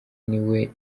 niwe